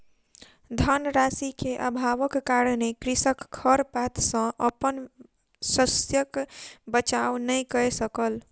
धन राशि के अभावक कारणेँ कृषक खरपात सॅ अपन शस्यक बचाव नै कय सकल